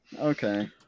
Okay